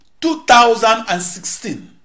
2016